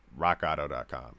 rockauto.com